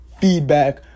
feedback